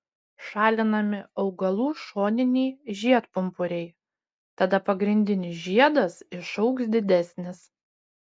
šalinami augalų šoniniai žiedpumpuriai tada pagrindinis žiedas išaugs didesnis